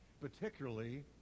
particularly